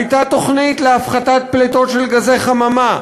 הייתה תוכנית להפחתת פליטות של גזי חממה,